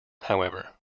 however